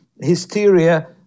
hysteria